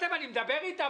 אני מדבר איתה.